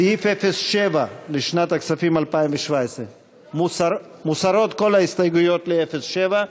סעיף 07 לשנת הכספים 2017. מוסרות כל ההסתייגויות ל-07.